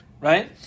right